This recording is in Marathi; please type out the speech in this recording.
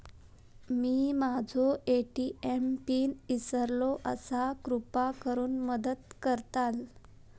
मी माझो ए.टी.एम पिन इसरलो आसा कृपा करुन मदत करताल